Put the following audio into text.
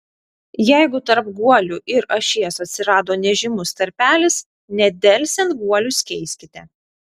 jeigu tarp guolių ir ašies atsirado nežymus tarpelis nedelsiant guolius keiskite